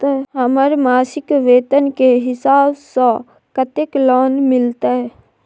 हमर मासिक वेतन के हिसाब स कत्ते लोन मिलते?